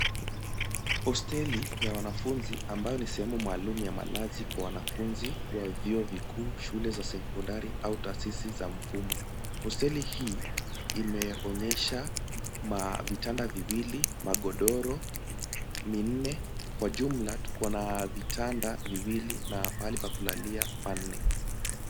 Hosteli ya wanafunzi ambayo ni sehemu maalum ya malazi kwa wanafunzi wa vyuo vikuu, shule za sekondari au taasisi za mfumo. Hosteli hii inaonyesha vitanda viwili, magodoro minne. Kwa jumla tukona vitanda viwili na pahali pa kulalia panne.